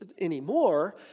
anymore